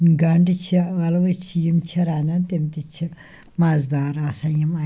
گَنٛڈٕ چھِ ٲلوٕ چھِ یِم چھِ رَنان تِم تہِ چھِ مَزٕدار آسان یِم